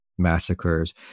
massacres